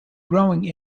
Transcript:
growing